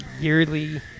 yearly